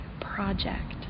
project